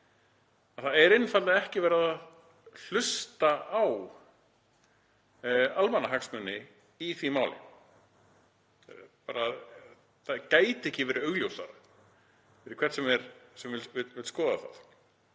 Það er einfaldlega ekki verið að hlusta á almannahagsmuni í því máli. Það gæti ekki verið augljósara fyrir hvern sem vill skoða það.